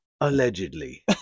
allegedly